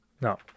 No